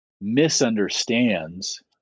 misunderstands